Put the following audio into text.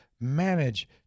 manage